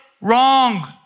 wrong